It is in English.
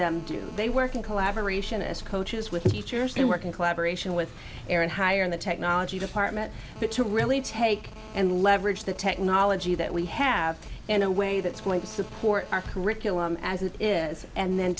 them do they work in collaboration as coaches with teachers they work in collaboration with ehr and higher in the technology department but to really take and leverage the technology that we have in a way that's going to support our curriculum as it is and then